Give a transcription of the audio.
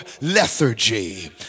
lethargy